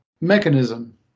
mechanism